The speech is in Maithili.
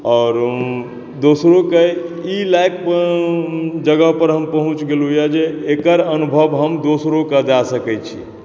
आओर दोसरो के ई लायक़ जगह पर हम पहुँच गेलहुॅं जे एकर अनुभव हम दोसरो के दय सकै छियै